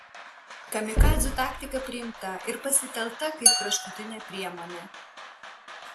kamikadzių taktika priimta ir pasitelkta kaip kraštutinė priemonė